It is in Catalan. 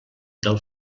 del